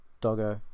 Doggo